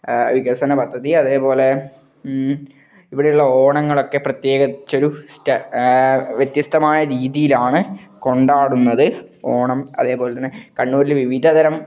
വികസന പദ്ധതി അതേപോലെ ഇവിടെയുള്ള ഓണങ്ങളൊക്കെ പ്രത്യേകിച്ചൊരു സ്റ്റ വ്യത്യസ്തമായ രീതിയിലാണ് കൊണ്ടാടുന്നത് ഓണം അതേപോലെ തന്നെ കണ്ണൂരിലെ വിവിധ തരം